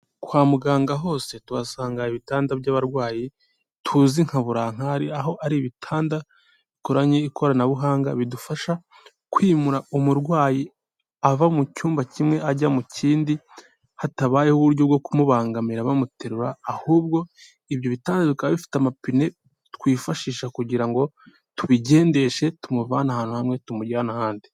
Kwa muganga hose tuhasanga ibitanda by'abarwayi tuzi nka burankari aho ari ibitanda nikoranye ikoranabuhanga bidufasha kwimura umurwayi ava mu cyumba kimwe ajya mu kindi hatabayeho uburyo bwo kumubangamira bamuterura ahubwo ibyo bitanda bikaba bifite amapine twifashisha kugira ngo tubigendeshe tumuvane ahantu hamwe tumujyane ahandi.